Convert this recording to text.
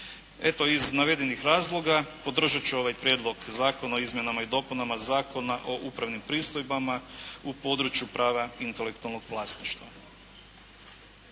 Eto iz navedenih razloga podržat ću ovaj Prijedlog Zakona o izmjenama i dopunama Zakona o upravnim pristojbama u području prava intelektualnog vlasništva.